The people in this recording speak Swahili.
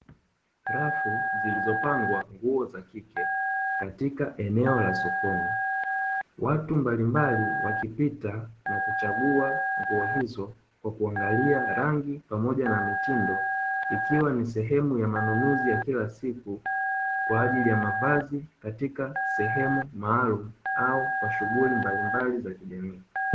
Rafu zilizopangwa nguo za kike katika eneo la sokoni. watu mbalimbali wakipita, nakuchagua nguo hizo kwa kuangali rangi pamoja na mitindo, ikiwa ni sehemu ya manunuzi ya kila siku, kwa ajili ya mavazi katika sehemu maalumu au kwa shughuli mbalimbali za kijamii.